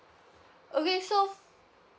okay so